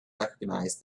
recognize